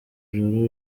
ijoro